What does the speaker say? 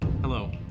Hello